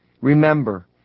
Remember